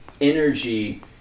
energy